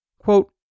Quote